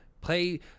Play